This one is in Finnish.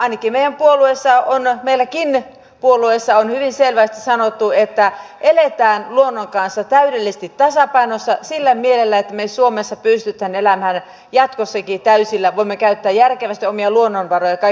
kyllä ainakin meidän puolueessa meidänkin puolueessa on hyvin selvästi sanottu että eletään luonnon kanssa täydellisesti tasapainossa sillä mielellä että me suomessa pystymme elämään jatkossakin täysillä voimme käyttää järkevästi omia luonnonvaroja ja kaikkea tämmöistä